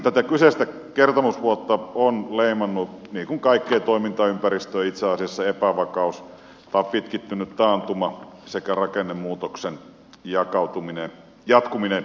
tätä kyseistä kertomusvuotta on leimannut niin kuin kaikkea toimintaympäristöä itse asiassa epävakaus pitkittynyt taantuma sekä rakennemuutoksen jatkuminen